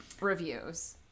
reviews